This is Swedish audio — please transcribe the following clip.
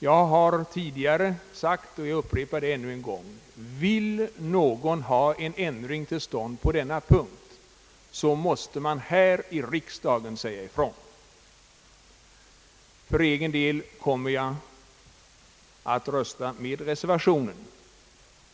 Jag har tidigare sagt och jag upprepar det än en gång: Vill man ha en ändring till stånd på den här punkten måste det ske genom ett uttalande från riksdagens sida. För egen del kommer jag att rösta för reservationen i denna del.